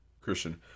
Christian